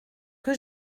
que